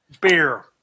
Beer